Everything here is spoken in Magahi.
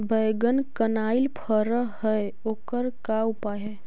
बैगन कनाइल फर है ओकर का उपाय है?